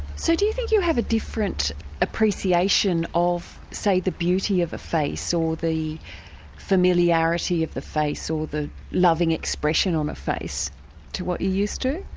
so do you think you have a different appreciation of, say, the beauty of a face, or the familiarity of the face, or the loving expression on a face to what you used to?